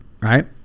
right